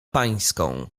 pańską